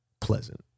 pleasant